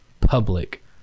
public